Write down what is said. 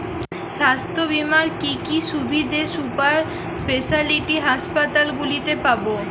স্বাস্থ্য বীমার কি কি সুবিধে সুপার স্পেশালিটি হাসপাতালগুলিতে পাব?